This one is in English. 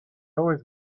always